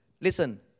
Listen